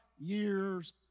years